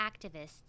activists